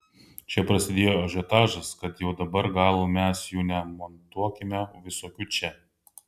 čia prasidėjo ažiotažas kad jau dabar gal mes jų nemontuokime visokių čia